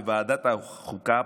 בוועדת החוקה,